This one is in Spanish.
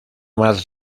más